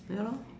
ya lor